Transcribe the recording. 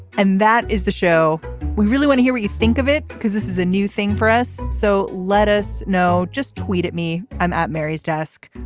and that is the show we really wanna hear you think of it because this is a new thing for us. so let us know. just tweet at me i'm at mary's desk.